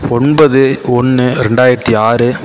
ஒன்பது ஒன்று ரெண்டாயிரத்தி ஆறு